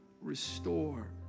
restore